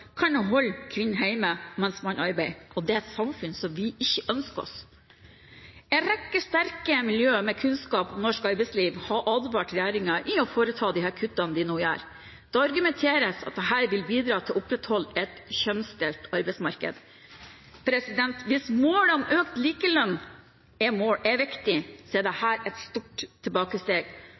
kan holde kvinnen hjemme, mens mannen arbeider, og det er et samfunn vi ikke ønsker oss. En rekke sterke miljøer med kunnskap om norsk arbeidsliv har advart regjeringen mot å foreta de kuttene de nå gjør. Det argumenteres med at dette vil bidra til å opprettholde et kjønnsdelt arbeidsmarked. Hvis målet om økt likelønn er viktig, er dette et stort tilbakesteg, og det er et tilbakesteg